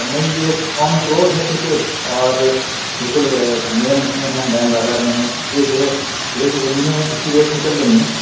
نہیں یہ on the road ہے کیوںکہ اور بالکل مین اس میں ہے لائن بازار میں ہے اس لیے جو ہے ادھر کی زمینیں اسی ریٹ میں چل رہی ہیں